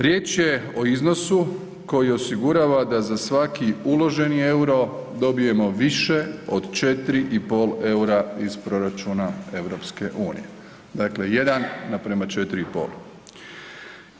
Riječ je o iznosu koji osigurava da za svaki uloženi euro dobijemo više od 4,5 eura iz proračuna EU, dakle 1:4,5.